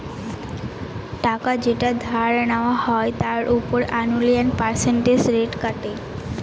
টাকা যেটা ধার নেওয়া হয় তার উপর অ্যানুয়াল পার্সেন্টেজ রেট কাটে